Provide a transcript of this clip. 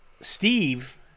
Steve